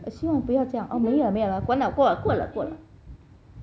还是不要这样 oh 没有了完了过了过了